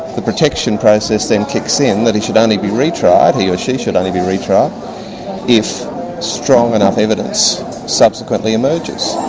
the protection process then kicks in, that he should only be re-tried he or she should only be re-tried if strong enough evidence subsequently emerges,